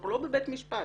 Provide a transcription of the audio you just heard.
אנחנו לא בבית המשפט,